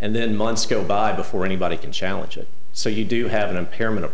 and then months go by before anybody can challenge it so you do have an impairment of